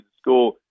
school